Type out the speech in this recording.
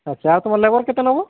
ଆଚ୍ଛା ଆଉ ତୁମ ଲେବର କେତେ ନେବ